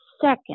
second